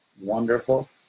wonderful